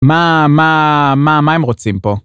מה מה מה מה הם רוצים פה?